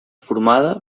formada